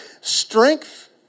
Strength